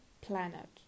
planet